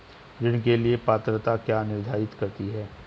ऋण के लिए पात्रता क्या निर्धारित करती है?